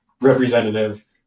representative